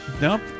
Nope